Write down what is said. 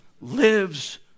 lives